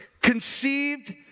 conceived